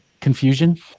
confusion